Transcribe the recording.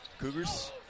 Cougars